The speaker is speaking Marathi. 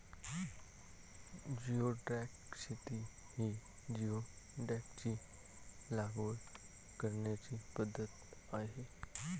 जिओडॅक शेती ही जिओडॅकची लागवड करण्याची पद्धत आहे